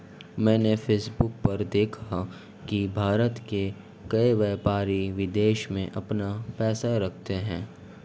मैंने फेसबुक पर देखा की भारत के कई व्यापारी विदेश में अपना पैसा रखते हैं